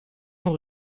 ont